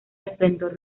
esplendor